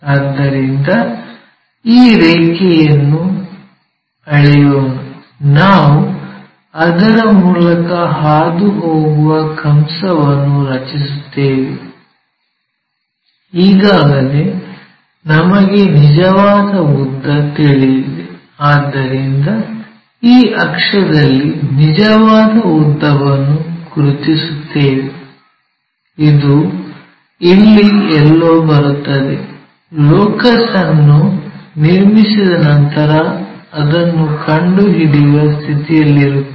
ಆದ್ದರಿಂದ ಈ ರೇಖೆಯನ್ನು ಅಳೆಯೋಣ ನಾವು ಅದರ ಮೂಲಕ ಹಾದುಹೋಗುವ ಕಂಸವನ್ನು ರಚಿಸುತ್ತೇವೆ ಈಗಾಗಲೇ ನಮಗೆ ನಿಜವಾದ ಉದ್ದ ತಿಳಿದಿದೆ ಆದ್ದರಿಂದ ಈ ಅಕ್ಷದಲ್ಲಿ ನಿಜವಾದ ಉದ್ದವನ್ನು ಗುರುತಿಸುತ್ತೇವೆ ಇದು ಇಲ್ಲಿ ಎಲ್ಲೋ ಬರುತ್ತದೆ ಲೋಕಸ್ ಅನ್ನು ನಿರ್ಮಿಸಿದ ನಂತರ ಅದನ್ನು ಕಂಡುಹಿಡಿಯುವ ಸ್ಥಿತಿಯಲ್ಲಿರುತ್ತೇವೆ